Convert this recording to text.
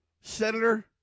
senator